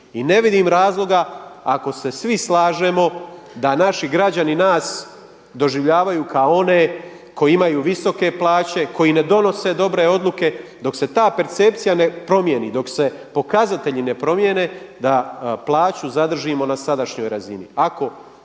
i ne vidim razloga ako se svi slažemo da naši građani nas doživljavaju kao one koji imaju visoke plaće, koji ne donose dobre odluke. Dok se ta percepcija ne promijeni, dok se pokazatelji ne promijene da plaću zadržimo na sadašnjoj razini.